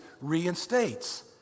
reinstates